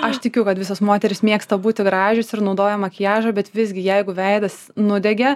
aš tikiu kad visos moterys mėgsta būti gražios ir naudoja makiažą bet visgi jeigu veidas nudegė